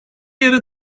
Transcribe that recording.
yarı